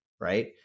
right